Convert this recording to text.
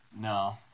No